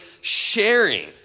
sharing